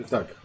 Tak